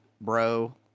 bro